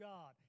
God